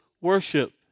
worship